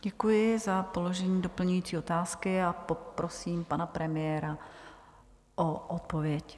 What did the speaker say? Děkuji za položení doplňující otázky a poprosím pana premiéra o odpověď.